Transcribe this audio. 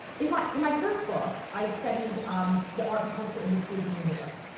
in my, in my first book i studied um the art and culture industries in new york.